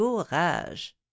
courage